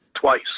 twice